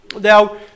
Now